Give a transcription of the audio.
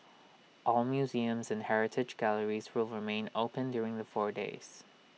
all museums and heritage galleries will remain open during the four days